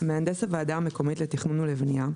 מהנדס הוועדה המקומית לתכנון ולבנייה,